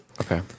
Okay